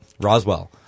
Roswell